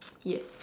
yes